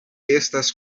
estas